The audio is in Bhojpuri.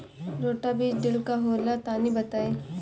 रोटो बीज ड्रिल का होला तनि बताई?